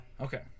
Okay